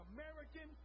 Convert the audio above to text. American